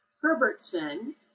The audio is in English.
Herbertson